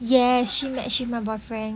yes she met she my boyfriend